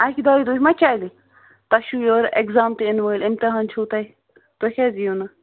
اَکہِ دۄیہِ دۄہہِ ما چَلہِ تۄہہِ چھُو یورٕ اٮ۪کزام تہٕ یِنہٕ وٲلۍ اِمتحان چھُو تۄہہِ تُہۍ کیٛاز یِیِو نہٕ